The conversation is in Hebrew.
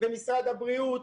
למשרד הבריאות,